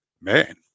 Man